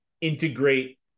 integrate